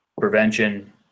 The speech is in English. prevention